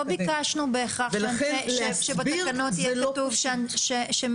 לא ביקשנו בהכרח שבתקנות יהיה כתוב שמי